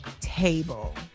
table